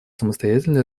самостоятельно